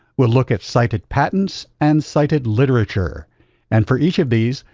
we'll look at cited patents and cited literature and for each of these,